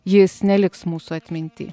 jis neliks mūsų atminty